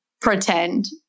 pretend